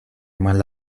mal